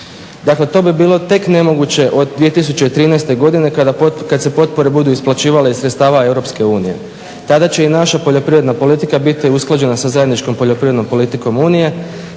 Dakle to bi bilo tek nemoguće od 2013. godine kad se potpore budu isplaćivale iz sredstava EU. Tada će i naša poljoprivredna politika biti usklađena sa zajedničkom poljoprivrednom politikom EU te